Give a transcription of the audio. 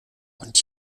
und